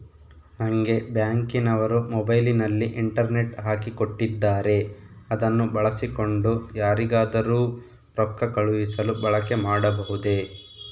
ನಂಗೆ ಬ್ಯಾಂಕಿನವರು ಮೊಬೈಲಿನಲ್ಲಿ ಇಂಟರ್ನೆಟ್ ಹಾಕಿ ಕೊಟ್ಟಿದ್ದಾರೆ ಅದನ್ನು ಬಳಸಿಕೊಂಡು ಯಾರಿಗಾದರೂ ರೊಕ್ಕ ಕಳುಹಿಸಲು ಬಳಕೆ ಮಾಡಬಹುದೇ?